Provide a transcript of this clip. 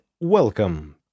Welcome